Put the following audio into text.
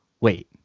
wait